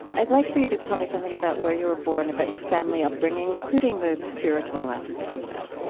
i'd like for you to tell me something about where you were born, about your family upbringing, including the spiritual aspect of that